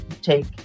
take